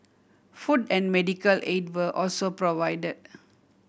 food and medical aid were also provide